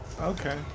Okay